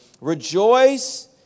Rejoice